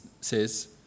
says